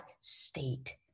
state